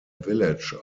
village